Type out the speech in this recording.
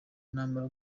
namara